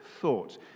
thought